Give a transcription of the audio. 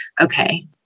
okay